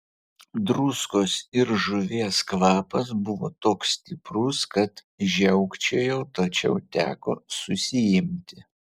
druskos ir žuvies kvapas buvo toks stiprus kad žiaukčiojau tačiau teko susiimti